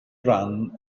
ran